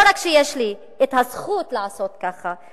לא רק שיש לי זכות לעשות ככה,